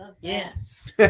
Yes